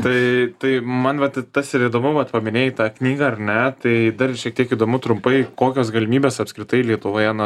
tai tai man vat tas ir įdomu vat paminėjai tą knygą ar ne tai dar šiek tiek įdomu trumpai kokios galimybės apskritai lietuvoje na